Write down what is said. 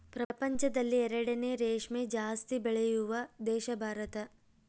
ಪ್ರಪಂಚದಲ್ಲಿ ಎರಡನೇ ರೇಷ್ಮೆ ಜಾಸ್ತಿ ಬೆಳೆಯುವ ದೇಶ ಭಾರತ